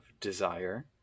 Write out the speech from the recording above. desire